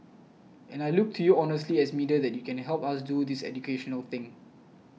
and I look to you honestly as media that you can help us do this educational thing